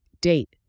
Date